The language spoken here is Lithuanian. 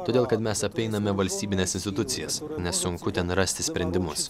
todėl kad mes apeiname valstybines institucijas nes sunku ten rasti sprendimus